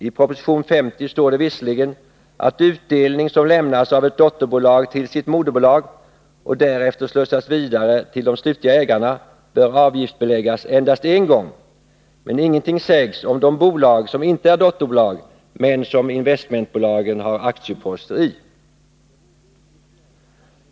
I proposition 50 heter det visserligen att utdelning som lämnas av ett dotterbolag till sitt moderbolag och därefter slussas vidare till de slutliga ägarna bör avgiftsbeläggas endast en gång, men ingenting sägs om de bolag som inte är dotterbolag men som investmentbolagen har aktieposter i.